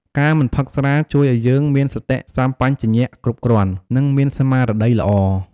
ការមិនផឹកស្រា ជួយឲ្យយើងមានសតិសម្បជញ្ញៈគ្រប់គ្រាន់ និងមានស្មារតីល្អ។